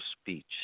speech